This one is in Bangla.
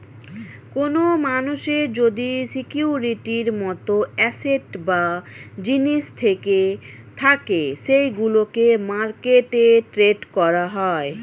কোন মানুষের যদি সিকিউরিটির মত অ্যাসেট বা জিনিস থেকে থাকে সেগুলোকে মার্কেটে ট্রেড করা হয়